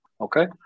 Okay